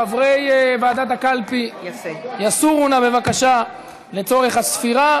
חברי ועדת הקלפי יסורו נא בבקשה לצורך הספירה.